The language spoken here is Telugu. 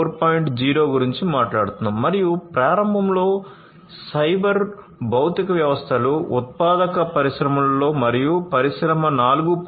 0 గురించి మాట్లాడుతున్నాము మరియు ప్రారంభంలో సైబర్ భౌతిక వ్యవస్థలు ఉత్పాదక పరిశ్రమలో మరియు పరిశ్రమ 4